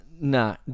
Nah